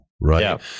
right